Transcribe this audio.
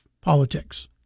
politics